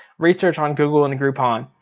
research on google in groupon.